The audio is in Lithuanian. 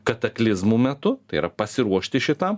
kataklizmų metu tai yra pasiruošti šitam